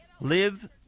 Live